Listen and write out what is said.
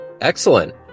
Excellent